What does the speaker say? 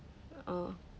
oh